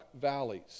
valleys